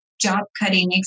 job-cutting